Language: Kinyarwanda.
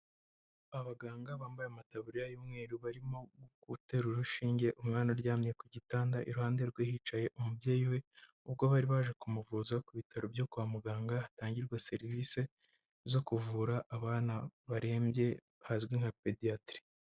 Abaganga bambaye amataburiya y'umweru, barimo gutera urushinge umwana aryamye ku gitanda, iruhande rwe hicaye umubyeyi we, ubwo bari baje kumuvuza ku bitaro byo kwa muganga, hatangirwa serivise zo kuvura abana barembye, hazwi nka pediatri.